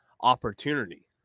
opportunity